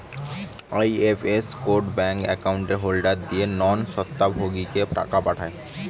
IFS code bank account holder দিয়ে non স্বত্বভোগীকে টাকা পাঠায়